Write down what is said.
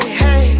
hey